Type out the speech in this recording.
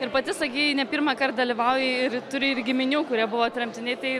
ir pati sakei ne pirmąkart dalyvauji ir turi ir giminių kurie buvo tremtiniai tai